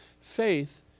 faith